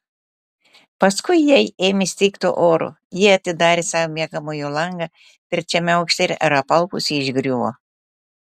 paskui jai ėmė stigti oro ji atidarė savo miegamojo langą trečiame aukšte ir apalpusi išgriuvo